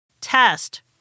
test